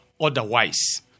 otherwise